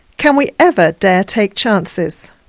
can we ever dare take chances?